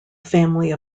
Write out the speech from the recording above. family